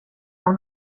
jag